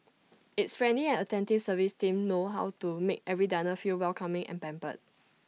its friendly and attentive service team know how to make every diner feel welcoming and pampered